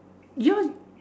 ya